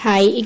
Hi